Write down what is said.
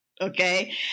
okay